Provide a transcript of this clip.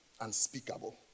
Unspeakable